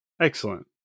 Excellent